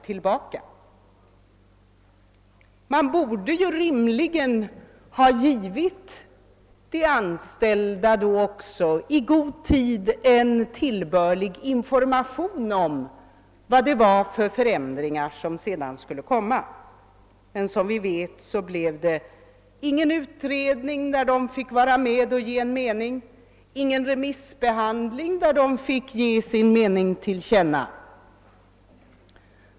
Regeringen borde rimligen i god tid ha givit de anställda information om vilka förändringar som sedermera skulle vidtas, men som vi vet blev det ingen utredning där de anställda fick vara med och säga sin mening, och det blev ingen remissbehandling där de kunde ge uttryck för sin uppfattning.